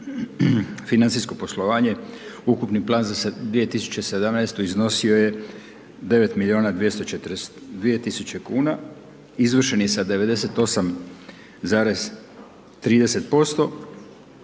financijsko poslovanje, ukupni plan za 2017. iznosio je 9.242.000,00 kn, izvršen je sa 98,30%.